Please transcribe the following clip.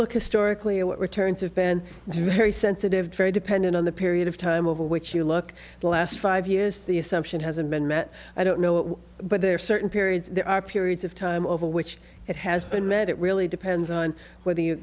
look historically at what returns of band it's very sensitive very dependent on the period of time over which you look the last five years the assumption hasn't been met i don't know it but there are certain periods there are periods of time over which it has been met it really depends on whether you